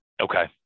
Okay